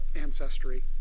ancestry